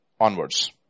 onwards